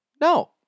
No